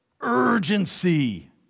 urgency